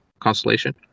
constellation